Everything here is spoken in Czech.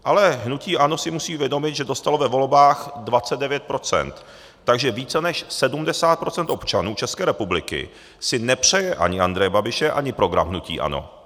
Ale hnutí ANO si musí uvědomit, že dostalo ve volbách 29 %, takže více než 70 % občanů České republiky si nepřeje ani Andreje Babiše, ani program hnutí ANO.